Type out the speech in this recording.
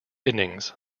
innings